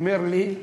הוא אומר לי: